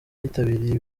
yitabiriye